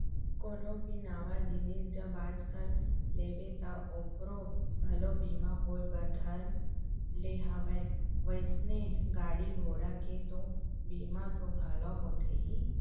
कोनो भी नवा जिनिस जब आज कल लेबे ता ओखरो घलोक बीमा होय बर धर ले हवय वइसने गाड़ी घोड़ा के तो बीमा तो घलौ होथे ही